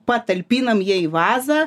patalpinam ją į vazą